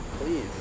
please